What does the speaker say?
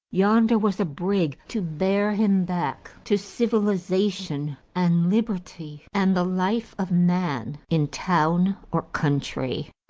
yonder was a brig to bear him back to civilization and liberty, and the life of man in town or country.